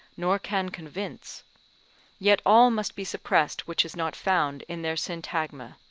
nor can convince yet all must be suppressed which is not found in their syntagma.